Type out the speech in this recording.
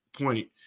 point